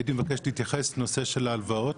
הייתי מבקש להתייחס לנושא של ההלוואות.